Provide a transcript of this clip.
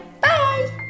bye